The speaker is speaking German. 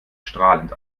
strahlend